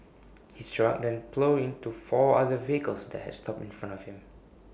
his truck then ploughed into four other vehicles that had stopped in front of him